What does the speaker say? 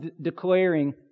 declaring